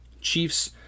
Chiefs